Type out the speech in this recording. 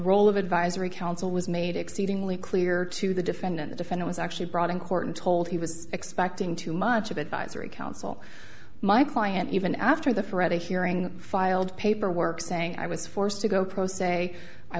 role of advisory council was made exceedingly clear to the defendant the defender was actually brought in court and told he was expecting too much of advisory council my client even after the freddie hearing filed paperwork saying i was forced to go pro s